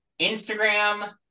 Instagram